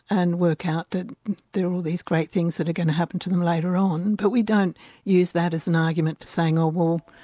and work out that there are all these great things that are going to happen to them later on, but we don't use that as an argument to saying oh well,